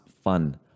fun